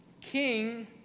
king